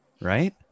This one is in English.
right